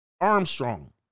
Armstrong